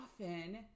often